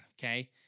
Okay